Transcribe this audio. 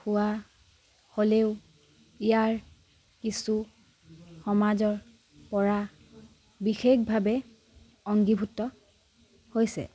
হোৱা হ'লেও ইয়াৰ কিছু সমাজৰ পৰা বিশেষভাৱে অংগীভূত হৈছে